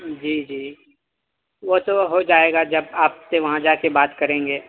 جی جی وہ تو ہو جائے گا جب آپ سے وہاں جا کے بات کریں گے